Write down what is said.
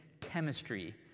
chemistry